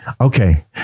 Okay